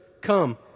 come